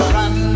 run